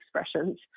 expressions